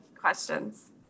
questions